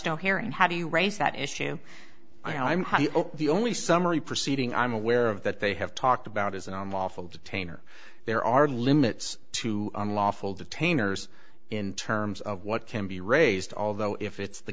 no hearing how do you raise that issue i'm the only summary proceeding i'm aware of that they have talked about is an unlawful detainer there are limits to unlawful detainer zz in terms of what can be raised although if it's the